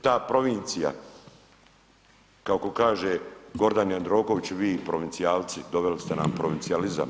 Ta provincija, kako kaže Gordan Jandroković, vi provincijalci, donijeli ste nam provincijalizam.